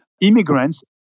immigrants